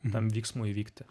tam vyksmui vykti